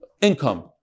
income